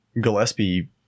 Gillespie